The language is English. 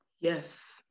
Yes